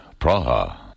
Praha